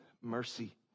mercy